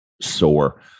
sore